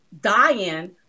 dying